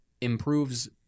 improves